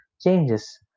changes